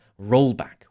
rollback